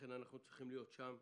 לכן אנחנו צריכים להיות שם.